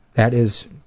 that is